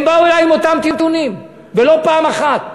הם באו אלי עם אותם טיעונים, ולא פעם אחת.